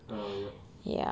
ah yup